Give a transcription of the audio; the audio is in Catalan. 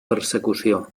persecució